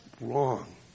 wrong